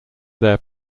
their